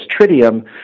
Tritium